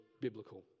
biblical